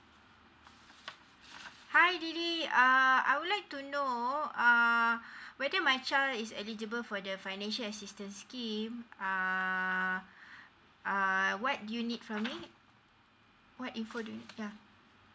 hi lily uh I would like to know uh whether my child is eligible for the financial assistance scheme uh uh what do you need from me what info do you need ya